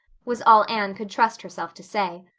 was all anne could trust herself to say.